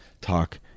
talk